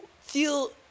feel